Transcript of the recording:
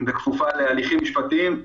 בתקופת תהליכים משפטיים,